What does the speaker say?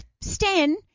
Stan